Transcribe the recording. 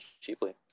cheaply